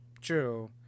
True